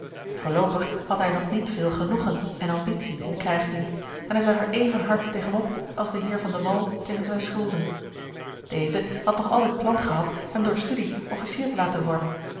voorloopig had hij nog niet veel genoegen en ambitie in de krijgsdienst en hij zag er even hard tegen op george een ongeluksvogel als de heer van de wall tegen zijne schulden deze had nog altijd plan gehad hem door studie officier te laten worden